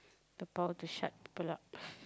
the power to shut people up